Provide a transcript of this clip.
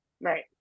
right